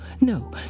no